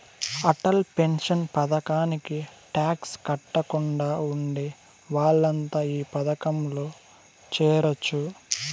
Atal pension పథకానికి tax కట్టకుండా ఉండే వాళ్లంతా ఈ పథకంలో చేరొచ్చు